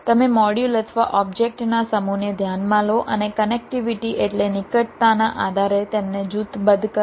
તમે મોડ્યુલ અથવા ઓબ્જેક્ટ ના સમૂહને ધ્યાનમાં લો અને કનેક્ટિવિટી એટલે નિકટતાના આધારે તેમને જૂથબદ્ધ કરો